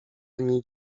linii